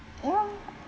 ya